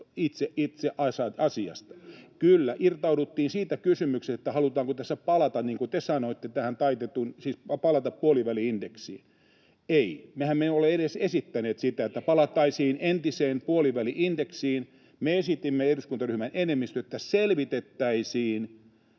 itse asiasta. Kyllä, irtauduttiin siitä kysymyksestä, että halutaanko tässä palata, niin kuin te sanoitte, puoliväli-indeksiin. — Ei, mehän emme ole edes esittäneet sitä, [Timo Heinosen välihuuto] että palattaisiin entiseen puoliväli-indeksiin. Me esitimme, eduskuntaryhmän enemmistö, että selvitettäisiin